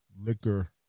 Liquor